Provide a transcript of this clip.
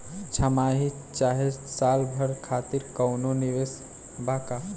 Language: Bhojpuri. छमाही चाहे साल भर खातिर कौनों निवेश बा का?